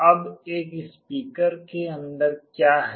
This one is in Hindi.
अब एक स्पीकर के अंदर क्या है